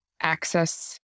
access